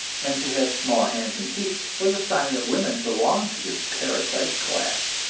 and to have small hands and feet was a sign that women belonged to this parasite class.